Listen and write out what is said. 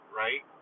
right